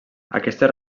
aquestes